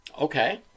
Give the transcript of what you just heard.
Okay